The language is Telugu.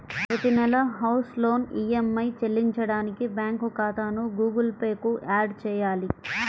ప్రతి నెలా హౌస్ లోన్ ఈఎమ్మై చెల్లించడానికి బ్యాంకు ఖాతాను గుగుల్ పే కు యాడ్ చేయాలి